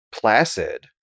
placid